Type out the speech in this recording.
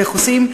איך עושים,